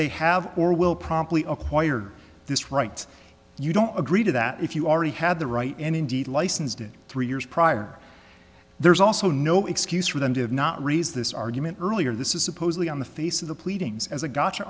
they have or will promptly acquire this rights you don't agree to that if you already had the right and indeed license did three years prior there's also no excuse for them to not raise this argument earlier this is supposedly on the face of the pleadings as a gotcha